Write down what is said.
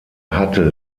hatte